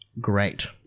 Great